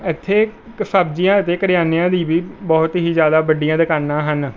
ਐਥੇ ਸਬਜ਼ੀਆਂ ਅਤੇ ਕਰਿਆਨਿਆਂ ਦੀ ਵੀ ਬਹੁਤ ਹੀ ਜ਼ਿਆਦਾ ਵੱਡੀਆਂ ਦਕਾਨਾਂ ਹਨ